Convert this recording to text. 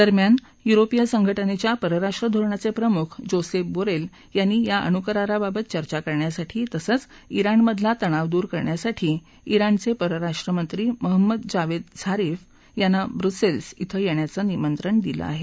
दरम्यान युरोपिय संघ जेच्या परराष्ट्र धोरणाचे प्रमुख जोसेफ बोरेल यांनी या अणूकराराबाबत चर्चा करण्यासाठी तसंच राणमधला तणाव दूर करण्यासाठी ाजणचे परराष्ट्रमंत्री महम्मद जावेद झारिफ यांना ब्रुसेल्स ाक्रें येण्याचं निमंत्रण दिलं आहे